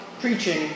preaching